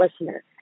listener